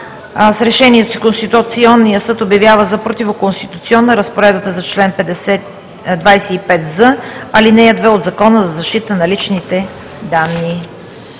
С решението си Конституционният съд обявява за противоконституционна разпоредбата на чл. 25з, ал. 2 от Закона за защита на личните данни.